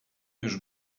już